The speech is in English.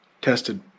tested